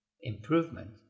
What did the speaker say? improvement